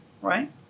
Right